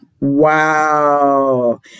Wow